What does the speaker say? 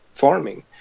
farming